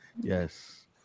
Yes